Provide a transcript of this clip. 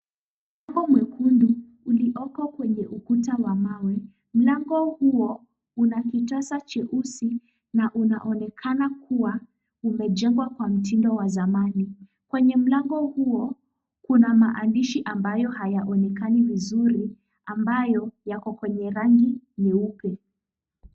Mlango mwekundu ulioko kwenye ukuta wa mawe. Mlango huo una kitasa cheusi na unaonekana kuwa umejengwa kwa mtindo wa zamani. Kwenye mlango huo kuna maandishi ambayo hayaonekani vizuri ambayo yako kwenye rangi nyeupe.